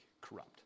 corrupt